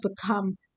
become